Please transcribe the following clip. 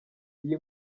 iyi